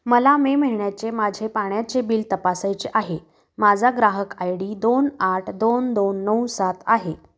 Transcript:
मला मे महिन्याचे माझे पाण्याचे बिल तपासायचे आहे माझा ग्राहक आय डी दोन आठ दोन दोन नऊ सात आहे